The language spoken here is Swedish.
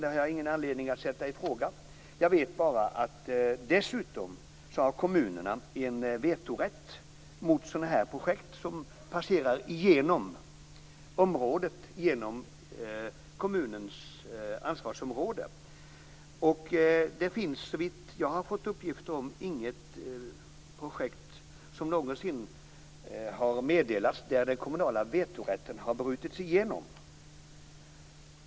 Det har jag ingen anledning att ifrågasätta. Jag vet bara att kommunerna dessutom har en vetorätt mot sådana här projekt som passerar genom kommunens ansvarsområde. Det finns, såvitt jag har fått uppgifter om, inget projekt som någonsin har meddelats där den kommunala vetorätten har brutits igenom.